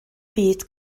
byd